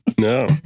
No